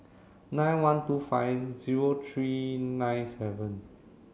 nine one two five zero three nine seven